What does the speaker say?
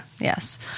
Yes